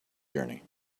journey